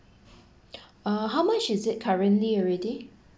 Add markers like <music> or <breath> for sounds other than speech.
<breath> uh how much is it currently already